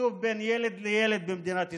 בתקצוב בין ילד לילד במדינת ישראל,